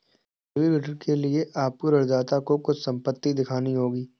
गिरवी ऋण के लिए आपको ऋणदाता को कुछ संपत्ति दिखानी होगी